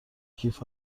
کیف